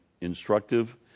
instructive